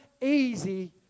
easy